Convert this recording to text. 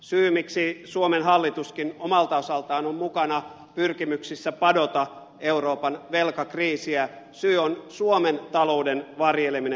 syy miksi suomen hallituskin omalta osaltaan on mukana pyrkimyksissä padota euroopan velkakriisiä on suomen talouden varjeleminen